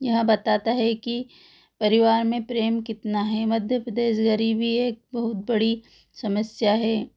यह बताता है कि परिवार में प्रेम कितना है मध्य प्रदेश में ग़रीबी एक बहुत बड़ी समस्या है